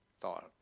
thought